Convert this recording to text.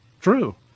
true